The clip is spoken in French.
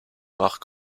marc